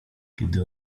gdy